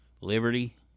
Liberty